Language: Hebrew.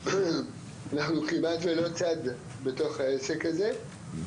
אנחנו כמעט ולא צד בתוך העסק הזה,